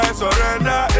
surrender